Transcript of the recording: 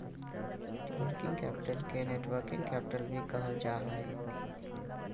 working capital के networking capital भी कहल जा हय